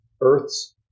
Earth's